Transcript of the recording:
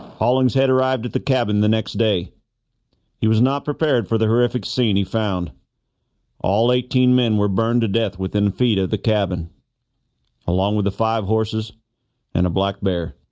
hollingshead had arrived at the cabin the next day he was not prepared for the horrific scene he found all eighteen men were burned to death within feet of the cabin along with the five horses and a black bear